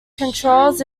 controls